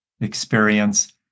experience